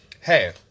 hey